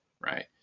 right